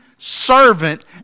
Servant